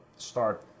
Start